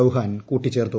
ചൌഹാൻ കൂട്ടിച്ചേർത്തു